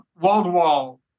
wall-to-wall